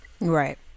right